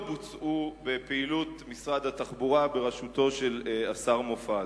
בוצעו בפעילות משרד התחבורה בראשותו של השר מופז.